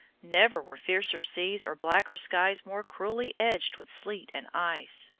never were fiercer seas or blacker skies more cruelly edged with sleet and ice.